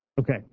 Okay